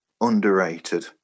underrated